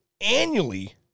annually